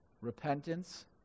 repentance